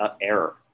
error